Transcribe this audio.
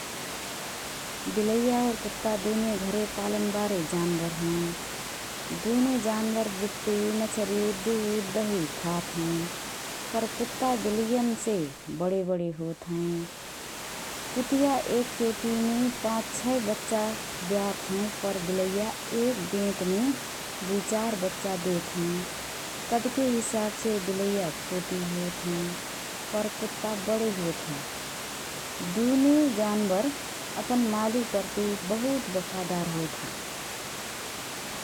बिलैया और कुत्ता दुने घरमे पालन बारे जानबर हएँ । दुने जानबर बुट्टी, मछरी, दुध, दहि खात हएँ । पर कुत्ता बिलैयनसे बडे बडे होत हएँ । कुतिया एकएचोटीमे पाँच छय बच्चा ब्यात हएँ पर बिलैया एक बेतमे दुईचार बच्चा देत हएँ । कदके हिसाबसे बिलैया छोटी होत हएँ पर कुत्ता बडे होत हएँ । दुने जानबर अपन मालिकप्रति बहुत वफादार होत हएँ ।